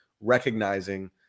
recognizing